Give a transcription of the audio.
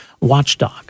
watchdog